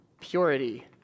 purity